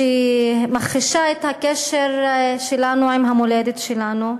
שמכחישה את הקשר שלנו עם המולדת שלנו,